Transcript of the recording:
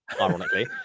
ironically